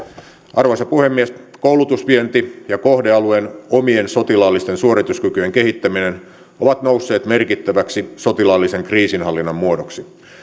arvoisa puhemies koulutusvienti ja kohdealueen omien sotilaallisten suorituskykyjen kehittäminen ovat nousseet merkittäväksi sotilaallisen kriisinhallinnan muodoksi